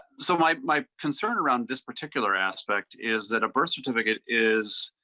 so my my concern around this particular aspect is that a person to make it is.